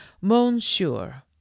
Monsieur